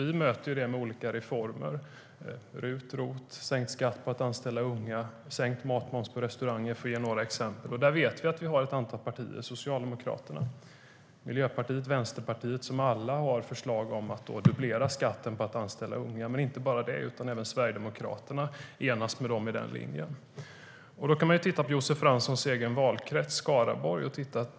Vi möter det med olika reformer: RUT, ROT, sänkt skatt på att anställa unga och sänkt matmoms på restauranger, för att ge några exempel. Då kan man titta på Josef Franssons egen valkrets, Skaraborg.